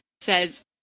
says